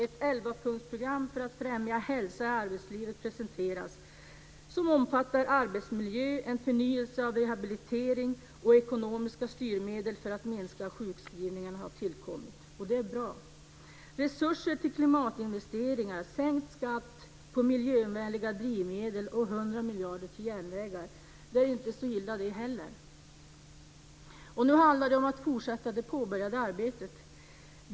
Ett elvapunktsprogram för att främja hälsa i arbetslivet presenteras som omfattar bl.a. arbetsmiljö. En förnyelse av rehabilitering och ekonomiska styrmedel för att minska sjukskrivningarna har tillkommit, det är bra. Resurser har avdelats för till klimatinvesteringar. Skatten har sänkts på miljövänligt drivmedel och 100 miljarder har gått till järnvägar. Det är inte så illa, det heller. Nu handlar det om att fortsätta det påbörjade arbetet.